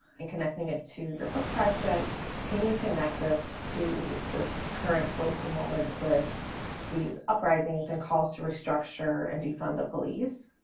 and connecting it to your book project, can you connect this to this current political moment with these uprisings and calls to restructure and defend the police?